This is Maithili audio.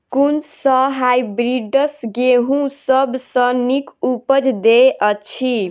कुन सँ हायब्रिडस गेंहूँ सब सँ नीक उपज देय अछि?